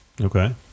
Okay